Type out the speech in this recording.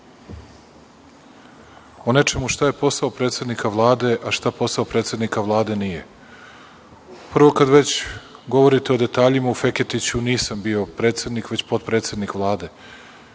o nečemu šta je posao predsednika Vlade, a šta posao predsednika Vlade nije. Prvo, kad već govorite o detaljima u Feketiću nisam bio predsednik, već potpredsednik Vlade.